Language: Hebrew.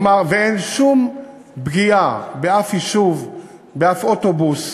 ואין שום פגיעה באף יישוב באף אוטובוס,